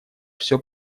все